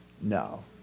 No